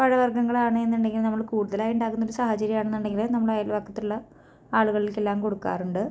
പഴവർഗ്ഗങ്ങളാണ് എന്നുടെങ്കിൽ നമ്മള് കൂടുതലായി ഉണ്ടാക്കുന്ന സാഹചര്യമാണെന്നുണ്ടെങ്കില് നമ്മള് അയൽവക്കത്തുള്ള ആളുകൾക്കെല്ലാം കൊടുക്കാറുണ്ട്